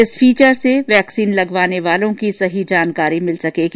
इस फीचर से वैक्सीन लगवाने वालों की सही जानकारी मिल सकेगी